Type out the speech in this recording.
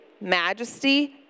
majesty